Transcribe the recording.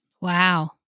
Wow